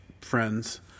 friends